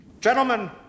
Gentlemen